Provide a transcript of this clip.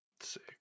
Sick